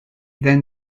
then